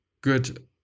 good